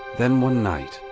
then one night,